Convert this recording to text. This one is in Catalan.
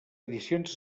edicions